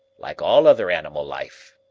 like all other animal life.